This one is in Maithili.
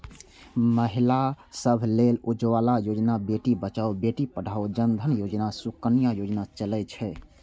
महिला सभ लेल उज्ज्वला योजना, बेटी बचाओ बेटी पढ़ाओ, जन धन योजना, सुकन्या योजना चलै छै